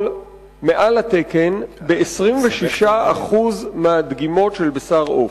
מעל התקן ב-26% מהדגימות של בשר עוף.